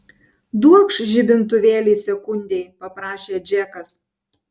duokš žibintuvėlį sekundei paprašė džekas